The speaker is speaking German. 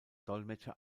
dolmetscher